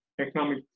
economic